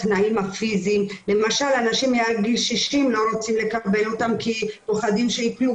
ומאושפזים יחד עם חולים פסיכיאטרים שלא קשורים לכל הנושא